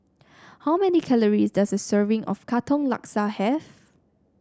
how many calories does a serving of Katong Laksa have